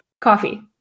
Coffee